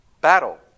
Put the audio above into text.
battle